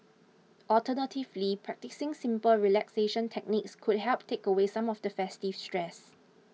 alternatively practising simple relaxation techniques could help take away some of the festive stress